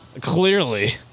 Clearly